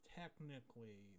technically